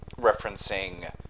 referencing